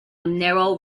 narrow